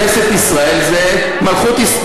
כנסת ישראל זה מלכות,